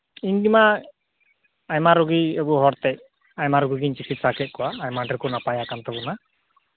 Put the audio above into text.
ᱤᱧᱢᱟ ᱟᱭᱢᱟ ᱨᱩᱜᱤ ᱟᱵᱚ ᱦᱚᱲᱛᱮ ᱟᱭᱢᱟ ᱨᱩᱜᱤ ᱜᱤᱧ ᱪᱤᱠᱤᱛᱥᱟ ᱠᱮᱫ ᱠᱚᱣᱟ ᱟᱭᱢᱟ ᱰᱷᱮᱨ ᱠᱚ ᱱᱟᱯᱟᱭ ᱟᱠᱟᱱ ᱛᱟᱵᱚᱱᱟ